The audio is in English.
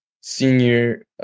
senior